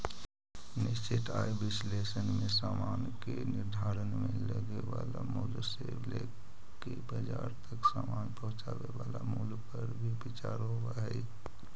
निश्चित आय विश्लेषण में समान के निर्माण में लगे वाला मूल्य से लेके बाजार तक समान पहुंचावे वाला मूल्य पर भी विचार होवऽ हई